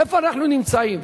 איפה אנחנו נמצאים?